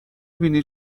بینی